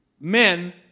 men